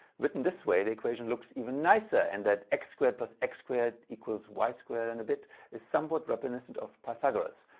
written this way the equation looks even nicer and that x squared plus x squared equals y squared and a bit is somewhat reminiscent of pythagoras.